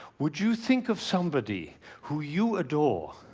would you think of somebody who you adore,